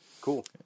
Cool